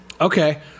Okay